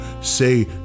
say